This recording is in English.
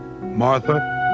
Martha